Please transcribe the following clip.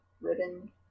ribbon